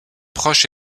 proche